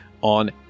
on